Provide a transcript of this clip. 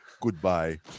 Goodbye